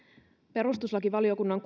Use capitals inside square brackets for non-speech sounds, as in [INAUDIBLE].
perustuslakivaliokunnan [UNINTELLIGIBLE]